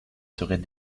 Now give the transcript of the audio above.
serait